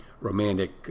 romantic